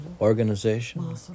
organization